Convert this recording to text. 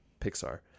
Pixar